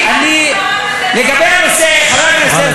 למה אתה מעורר מדנים?